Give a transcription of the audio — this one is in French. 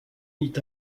mit